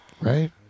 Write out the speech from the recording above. Right